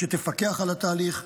-- שתפקח על התהליך,